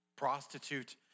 Prostitute